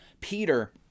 Peter